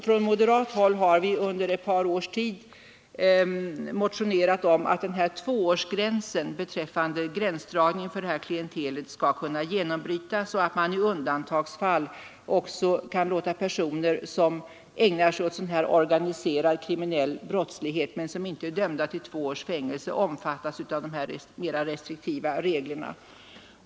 Från moderat håll har vi under ett par års tid motionerat om att tvåårsgränsen vid gränsdragningen för detta klientel skall kunna genombrytas så att man i undantagsfall också kan låta personer som ägnar sig åt organiserad brottslighet men som inte är dömda till två års fängelse omfattas av de mera restriktiva reglerna.